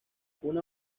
una